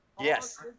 Yes